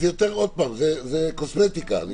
זו קוסמטיקה.